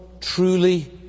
truly